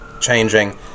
changing